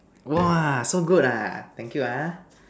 !wah! so good ah thank you ah